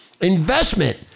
investment